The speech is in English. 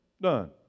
done